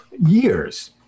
years